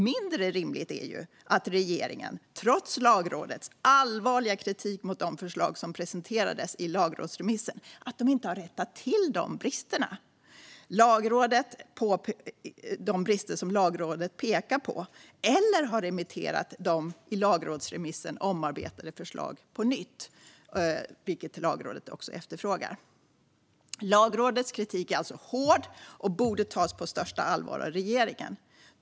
Mindre rimligt är att regeringen, trots Lagrådets allvarliga kritik mot de förslag som presenterades i lagrådsremissen, inte har rättat till de brister som Lagrådet pekar på och heller inte har remitterat de i lagrådsremissen omarbetade förslagen på nytt, vilket Lagrådet efterfrågar. Lagrådets kritik är alltså hård och borde tas på största allvar av regeringen.